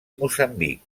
moçambic